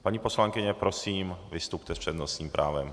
Paní poslankyně, prosím, vystupte s přednostním právem.